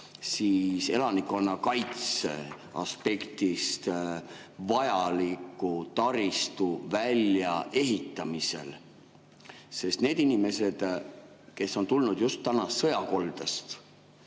elanikkonnakaitse aspektist vajaliku taristu väljaehitamisel? Need inimesed, kes on tulnud just sõjakoldest,